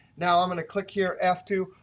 now i'm going to click here, f two.